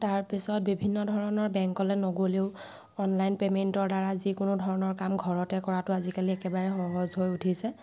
তাৰপিছত বিভিন্ন ধৰণৰ বেংকলৈ নগ'লেও অনলাইন পেমেণ্টৰ দ্বাৰা যিকোনো ধৰণৰ কাম ঘৰতে কৰাটো আজিকালি একেবাৰে সহজ হৈ উঠিছে